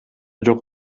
жок